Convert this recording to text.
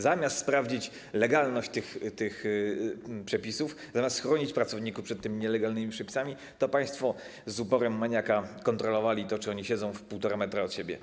Zamiast sprawdzić legalność tych przepisów, zamiast chronić pracowników przed tymi nielegalnymi przepisami, państwo z uporem maniaka kontrolowali to, czy oni siedzą 1,5 m od siebie.